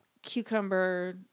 Cucumber